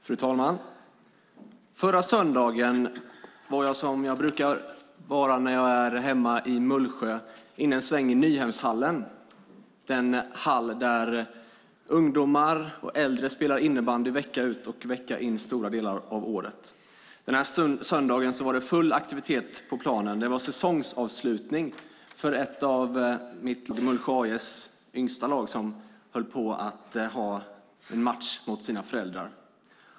Fru talman! Förra söndagen var jag, som jag brukar när jag är hemma i Mullsjö, inne en sväng i Nyhemshallen. Det är den hall där ungdomar och äldre spelar innebandy vecka ut och vecka in under stora delar av året. Den här söndagen var det full aktivitet på planen. Det var säsongsavslutning för ett av min klubbs, Mullsjö AIS, yngsta lag som hade en match mot sina föräldrar.